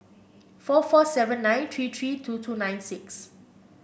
four four seven nine three three two two nine six